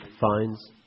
Fines